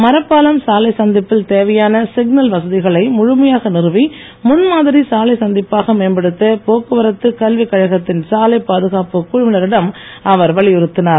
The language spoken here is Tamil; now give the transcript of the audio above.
மரப்பாலம் சாலை சந்திப்பில் தேவையான சிக்னல் வசதிகளை முழுமையாக நிறுவி முன்மாதிரி சாலை சந்திப்பாக மேம்படுத்த போக்குவரத்து கல்வி கழகத்தின் சாலைப் பாதுகாப்பு குழுவினரிடம் அவர் வலியுறுத்தினார்